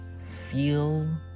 feel